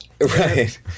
Right